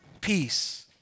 peace